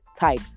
type